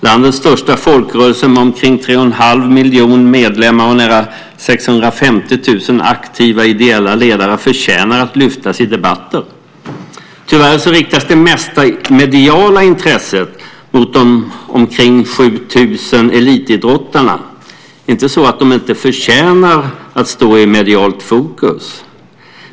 Landets största folkrörelse, med omkring 3 1⁄2 miljon medlemmar och nära 650 000 aktiva ideella ledare, förtjänar att lyftas fram i debatten. Tyvärr riktas det mesta mediala intresset mot de omkring 7 000 elitidrottarna. Det är inte så att de inte förtjänar att stå i medialt fokus.